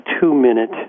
two-minute